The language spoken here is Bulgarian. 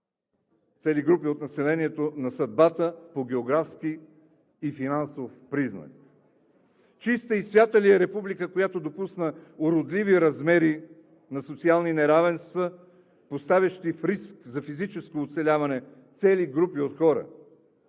цели групи от населението на съдбата по географски и финансов признак?! Чиста и свята ли е република, която допусна уродливи размери на социални неравенства, поставящи в риск за физическо оцеляване цели групи от хора?!